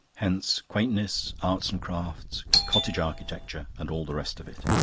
hence quaintness, arts and crafts, cottage architecture, and all the rest of it.